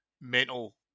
mental